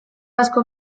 asko